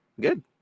Good